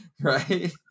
right